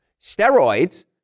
Steroids